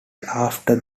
after